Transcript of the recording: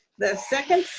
the second,